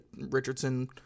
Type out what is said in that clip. Richardson